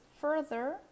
further